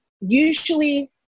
usually